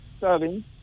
serving